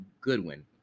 Goodwin